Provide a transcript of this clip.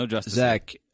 Zach